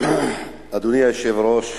אדוני היושב-ראש,